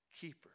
keeper